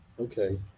Okay